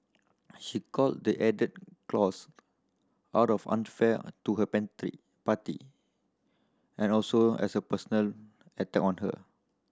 she called the added clause out of unfair to her party and also as a personal attack on her